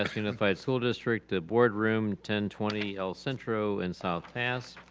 um unified school district, board room ten twenty el centro in south pas,